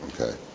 Okay